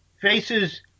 faces